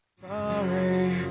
Sorry